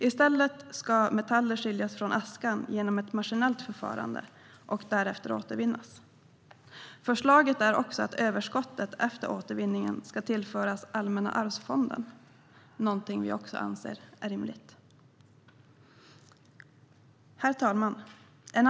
I stället ska metaller skiljas från askan genom ett maskinellt förvarande och därefter återvinnas. Förslaget är också att överskottet efter återvinningen ska tillföras Allmänna arvsfonden, någonting vi anser är rimligt. Herr talman!